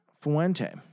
Fuente